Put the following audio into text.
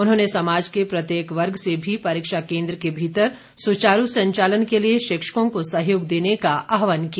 उन्होंने समाज के प्रत्येक वर्ग से भी परीक्षा केन्द्र के भीतर सुचारू संचालन के लिए शिक्षकों को सहयोग देने का आहवान किया